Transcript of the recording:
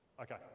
Okay